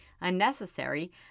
unnecessary